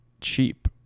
cheap